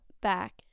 back